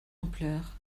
ampleur